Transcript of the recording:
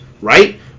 Right